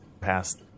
passed